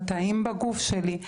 בתאים בגוף שלי,